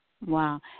Wow